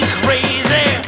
crazy